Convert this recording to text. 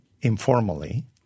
informally